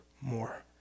more